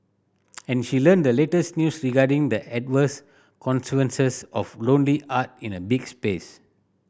and she learnt the latest news regarding the adverse consequences of lonely art in a big space